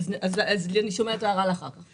אז אני שומרת את ההערה לאחר כך.